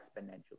exponentially